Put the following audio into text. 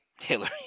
Hillary